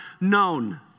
known